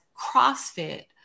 CrossFit